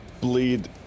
bleed